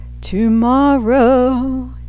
Tomorrow